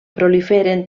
proliferen